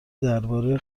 درباره